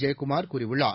ஜெயக்குமார் கூறியுள்ளார்